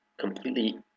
completely